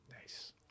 Nice